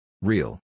Real